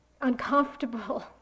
uncomfortable